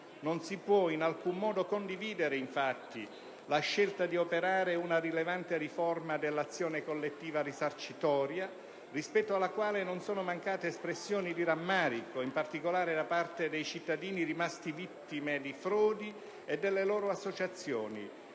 non si può in alcun modo condividere infatti la scelta di operare una rilevante riforma dell'azione collettiva risarcitoria, rispetto alla quale non sono mancate espressioni di rammarico, in particolare da parte dei cittadini rimasti vittime di frodi e delle loro associazioni,